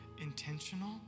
intentional